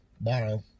Borrow